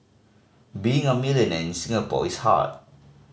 being a millionaire in Singapore is hard